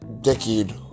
decade